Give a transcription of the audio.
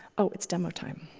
oh, it's demo time.